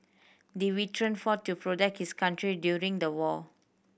the veteran fought to protect his country during the war